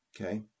okay